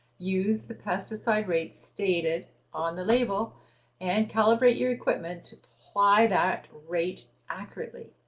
use the pesticide rate stated on the label and calibrate your equipment to apply that rate accurately.